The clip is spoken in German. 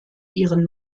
ihren